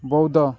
ବଉଦ